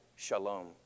Shalom